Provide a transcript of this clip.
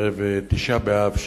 ערב תשעה באב,